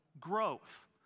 growth